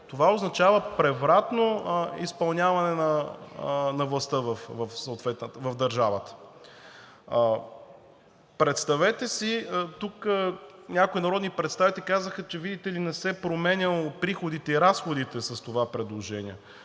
това означава превратно изпълняване на властта в държавата. Тук някои народни представители казаха, че видите ли, не се променяли приходите и разходите с това предложение,